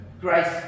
Grace